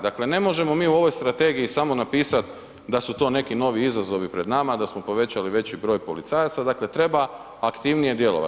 Dakle, ne možemo mi u ovoj strategiji samo napisati da su to neki novi izazovi pred nama, da smo povećali veći broj policajaca, dakle treba aktivnije djelovati.